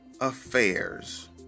affairs